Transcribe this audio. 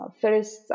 First